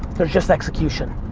there's just execution.